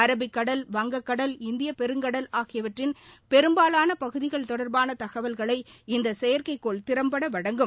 அரபிக்கடல் வங்கக்கடல் இந்தியப்பெருங்கடல் ஆகியவற்றின் பெரும்பாலான பகுதிகள் தொடர்பான தகவல்களை இந்த செயற்கைகோள் திறம்பட வழங்கும்